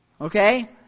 okay